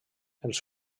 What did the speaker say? els